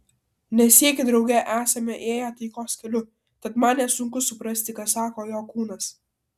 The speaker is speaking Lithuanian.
ne sykį drauge esame ėję taikos keliu tad man nesunku suprasti ką sako jo kūnas